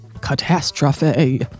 catastrophe